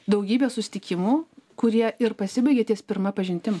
daugybė susitikimų kurie ir pasibaigia ties pirma pažintim